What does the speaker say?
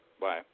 Bye